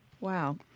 Wow